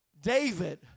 David